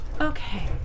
Okay